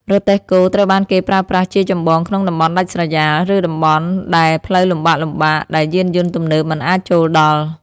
រទេះគោត្រូវបានគេប្រើប្រាស់ជាចម្បងក្នុងតំបន់ដាច់ស្រយាល ឬតំបន់ដែលផ្លូវលំបាកៗ ដែលយានយន្តទំនើបមិនអាចចូលដល់។